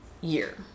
year